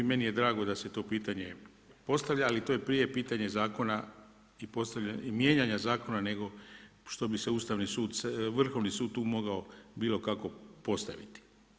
Meni je drago da se to pitanje postavlja, ali to je prije pitanje zakona i mijenjanje zakona, nego što bi se Ustavni sud, Vrhovni sud tu mogao bilo kako postaviti.